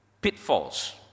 pitfalls